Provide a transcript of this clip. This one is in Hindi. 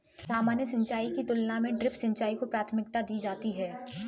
सामान्य सिंचाई की तुलना में ड्रिप सिंचाई को प्राथमिकता दी जाती है